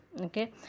okay